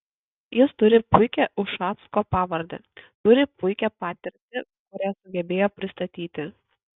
jis turi puikią ušacko pavardę turi puikią patirtį kurią sugebėjo pristatyti